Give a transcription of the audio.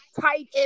tight